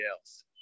else